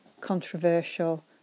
controversial